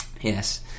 yes